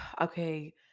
okay